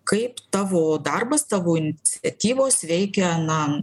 kaip tavo darbas tavo iniciatyvos veikia na